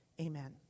Amen